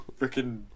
freaking